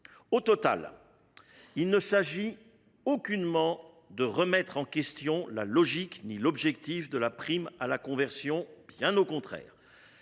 du compte, il ne s’agit aucunement de remettre en question la logique et l’objectif de la prime à la conversion ; il s’agit, bien au contraire,